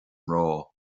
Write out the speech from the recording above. mná